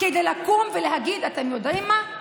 לקום ולהגיד: אתם יודעים מה?